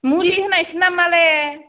मुलि होनायसो नामाले